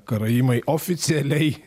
karaimai oficialiai